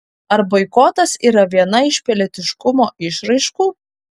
ar boikotas yra viena iš pilietiškumo išraiškų